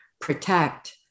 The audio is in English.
protect